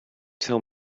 tell